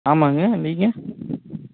ஆமாங்க நீங்கள்